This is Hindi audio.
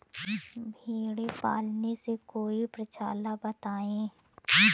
भेड़े पालने से कोई पक्षाला बताएं?